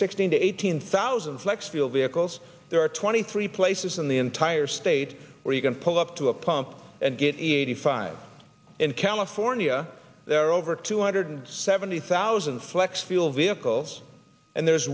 sixteen to eighteen thousand flex fuel vehicles there are twenty three places in the entire state where you can pull up to a pump and get eighty five in california there are over two hundred seventy thousand flex fuel vehicles and there's